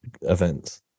events